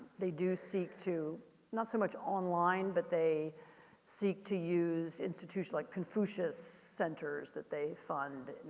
they do seek to not so much online but they seek to use institution, like confucius centers that they fund.